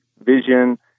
vision